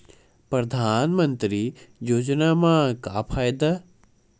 परधानमंतरी योजना म का फायदा?